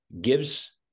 gives